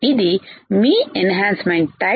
ఇది మీ enhancement type